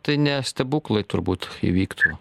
tai ne stebuklai turbūt įvyktų